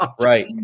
Right